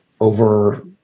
over